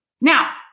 Now